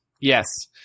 yes